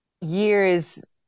years